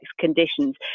conditions